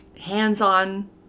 hands-on